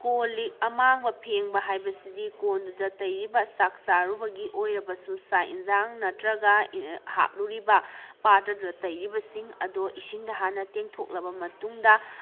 ꯀꯣꯟ ꯂꯤꯛ ꯑꯃꯥꯡꯕ ꯐꯦꯡꯕ ꯍꯥꯏꯕꯁꯤꯗꯤ ꯀꯣꯟꯗꯨꯗ ꯇꯩꯔꯤꯕ ꯆꯥꯛ ꯆꯔꯨꯕꯒꯤ ꯑꯣꯏꯔꯕꯁꯨ ꯆꯥꯛ ꯌꯦꯟꯁꯥꯡꯅ ꯅꯠꯇꯔꯒ ꯍꯥꯞꯂꯨꯔꯤꯕ ꯄꯥꯇ꯭ꯔꯗꯨꯗ ꯇꯩꯔꯤꯕꯁꯤꯡ ꯑꯗꯣ ꯏꯁꯤꯡꯗ ꯍꯥꯟꯅ ꯇꯦꯡꯊꯣꯛꯂꯕ ꯃꯇꯨꯡꯗ